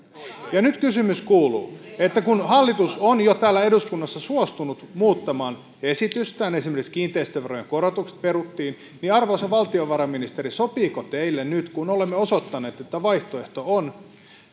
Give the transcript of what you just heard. ja nyt kysymys kuuluu että kun hallitus on jo täällä eduskunnassa suostunut muuttamaan esitystään esimerkiksi kiinteistöverojen korotukset peruttiin niin arvoisa valtiovarainministeri sopiiko teille nyt kun olemme osoittaneet että vaihtoehto on